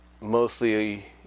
mostly